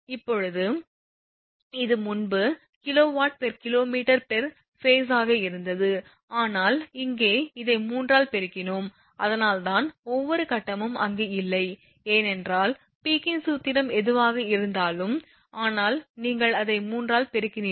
இப்போது இது முன்பு kWkmகட்டமாக இருந்தது ஆனால் இங்கே இதை 3 ஆல் பெருக்கினோம் அதனால்தான் ஒவ்வொரு கட்டமும் அங்கு இல்லை ஏனென்றால் பீக்கின் சூத்திரம் எதுவாக இருந்தாலும் ஆனால் நீங்கள் அதை 3 ஆல் பெருக்கினீர்கள்